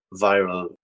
viral